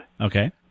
Okay